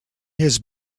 his